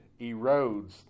erodes